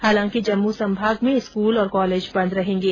हालांकि जम्मू संभाग में स्कूल और कॉलेज बंद रहेंगे